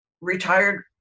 retired